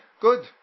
good